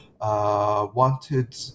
wanted